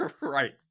Right